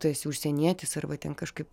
tu esi užsienietis arba ten kažkaip